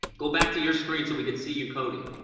go back to your screen so we could see you coding.